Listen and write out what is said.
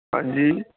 ਹਾਂਜੀ